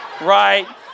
right